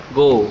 go